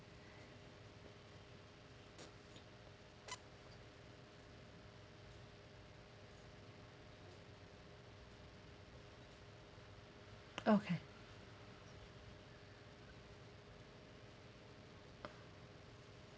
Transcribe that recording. okay